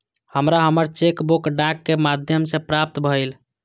हमरा हमर cheque book डाक के माध्यम से प्राप्त भईल